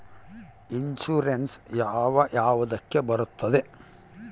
Insurance ಯಾವ ಯಾವುದಕ್ಕ ಬರುತ್ತೆ?